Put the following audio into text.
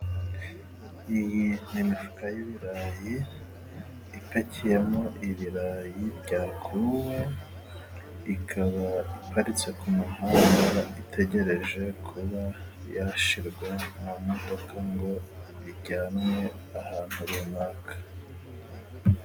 Iyi ni imifuka y'ibirayi ipakiyemo ibirayi byakuwe, ikaba iparitse ku muhanda itegereje kuba yashirwa mu mu modokaka ngo bijyane ahantu runaka.